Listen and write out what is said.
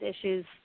issues